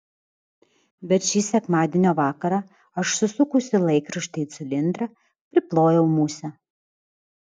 bet šį sekmadienio vakarą aš susukusi laikraštį į cilindrą priplojau musę